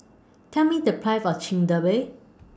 Tell Me The Price of Chigenabe